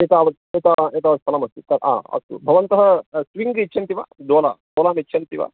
एतावत् एतावत् एतावत् स्थलमस्ति अस्तु भवन्तः स्विङ्गग् इच्छन्ति वा दोलां दोलाम् इच्छन्ति वा